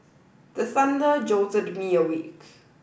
the thunder jolted me awake